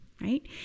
right